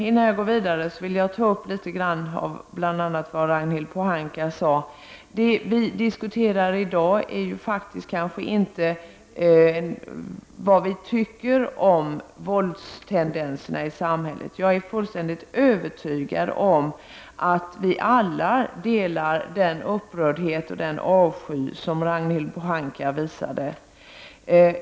Innan jag går vidare vill jag ta upp något av vad Ragnhild Pohanka sade. Det som vi diskuterar i dag är kanske inte vad vi tycker om våldstendenserna i samhället. Jag är fullständigt övertygad om att vi alla delar den upprördhet och den avsky som Ragnhild Pohanka visade.